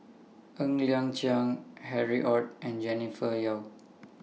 Ng Liang Chiang Harry ORD and Jennifer Yeo